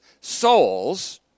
souls